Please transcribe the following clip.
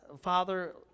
Father